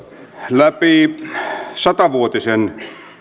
läpi satavuotisen